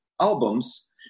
albums